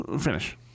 Finish